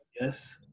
yes